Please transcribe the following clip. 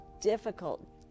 difficult